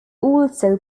also